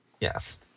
Yes